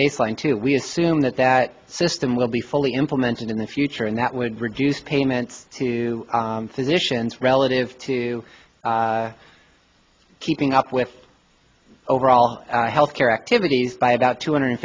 baseline to we assume that that system will be fully implemented in the future and that would reduce payments to physicians relative to keeping up with overall health care activities by about two hundred